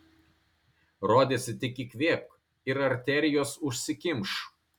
rodėsi tik įkvėpk ir arterijos užsikimš